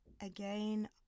again